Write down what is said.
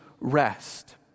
rest